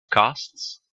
costs